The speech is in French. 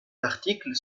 l’article